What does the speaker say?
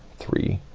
three,